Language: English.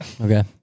Okay